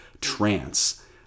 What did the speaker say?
trance